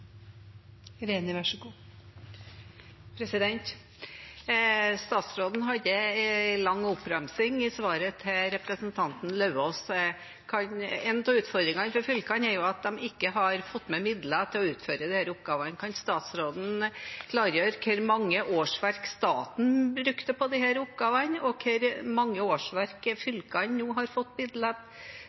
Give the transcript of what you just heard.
Statsråden hadde en lang oppramsing i svaret til representanten Lauvås. En av utfordringene for fylkene er at de ikke har fått med midler til å utføre disse oppgavene. Kan statsråden klargjøre hvor mange årsverk staten brukte på disse oppgavene, og hvor mange årsverk fylkene nå har fått